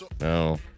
no